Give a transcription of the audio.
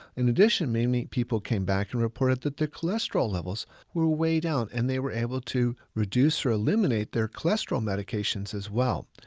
in addition, many meet people came back and reported that their cholesterol levels were way down and they were able to reduce or eliminate their cholesterol medications as well.